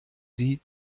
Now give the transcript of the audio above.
sie